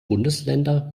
bundesländer